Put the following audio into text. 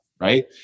right